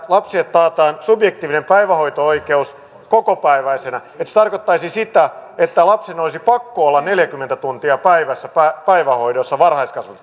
lapsille taataan subjektiivinen päivähoito oikeus kokopäiväisenä tarkoittaisi sitä että lapsen olisi pakko olla neljäkymmentä tuntia viikossa päivähoidossa